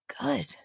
Good